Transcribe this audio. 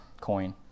coin